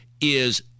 is-